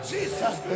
Jesus